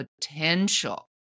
potential